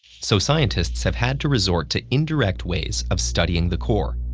so scientists have had to resort to indirect ways of studying the core,